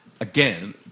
again